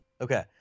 okay